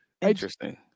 Interesting